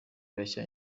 bashya